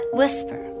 whisper